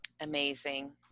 Amazing